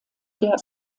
der